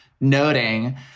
noting